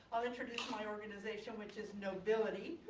i'll introduce my organization which is knowbility.